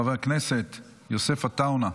חבר הכנסת יוסף עטאונה,